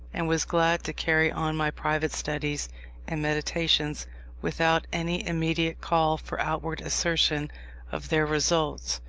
and was glad to carry on my private studies and meditations without any immediate call for outward assertion of their results.